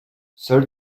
seul